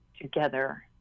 together